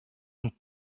und